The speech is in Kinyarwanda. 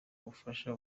ubufasha